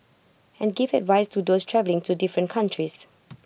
and give advice to those travelling to different countries